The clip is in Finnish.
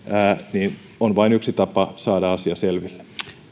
niin on vain yksi tapa saada asia selville